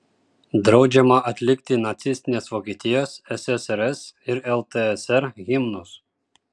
draudžiama atlikti nacistinės vokietijos ssrs ir ltsr himnus